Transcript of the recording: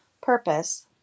purpose